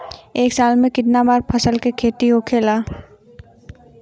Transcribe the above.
एक साल में कितना बार फसल के खेती होखेला?